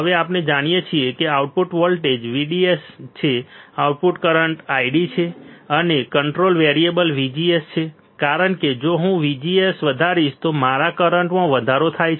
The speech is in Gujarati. હવે આપણે જાણીએ છીએ કે આઉટપુટ વોલ્ટેજ VDS છે આઉટપુટ કરંટ ID છે અને કંટ્રોલ વેરિયેબલ VGS છે કારણ કે જો હું VGS વધારીશ તો મારા કરંટમાં વધારો થાય છે